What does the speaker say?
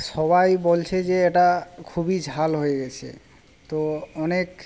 সবাই বলছে যে এটা খুবই ঝাল হয়ে গেছে তো অনেক